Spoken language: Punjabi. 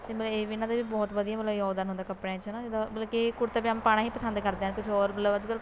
ਅਤੇ ਮਤਲਬ ਇਹ ਵੀ ਇਹਨਾਂ ਦੇ ਵੀ ਬਹੁਤ ਵਧੀਆ ਮਤਲਬ ਯੋਗਦਾਰ ਹੁੰਦਾ ਕੱਪੜਿਆਂ 'ਚ ਹੈ ਨਾ ਜਿੱਦਾਂ ਮਤਲਬ ਕਿ ਕੁੜਤਾ ਪਜ਼ਾਮਾ ਪਾਉਣਾ ਹੀ ਪਸੰਦ ਕਰਦੇ ਹਨ ਕੁਝ ਹੋਰ ਮਤਲਬ ਅੱਜ ਕੱਲ